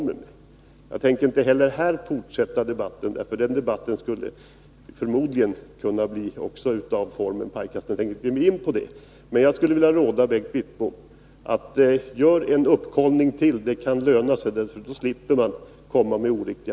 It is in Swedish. Men jag tänker inte heller på den punkten fortsätta debatten, eftersom förmodligen också den debatten skulle få formen av pajkastning, och jag tänker som sagt inte ge mig in på den typen av debatt. Men jag skulle vilja råda Bengt Wittbom att göra en uppföljning till — det kan löna sig. Då slipper han komma med oriktiga.